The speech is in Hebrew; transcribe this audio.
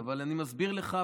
אבל אני מסביר לך,